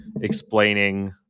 explaining